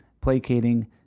placating